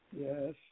Yes